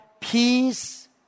peace